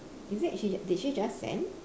is it she did she just send